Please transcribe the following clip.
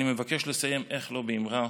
אני מבקש לסיים, איך לא, באמרה